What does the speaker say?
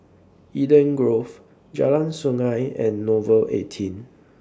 Eden Grove Jalan Sungei and Nouvel eighteen